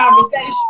conversation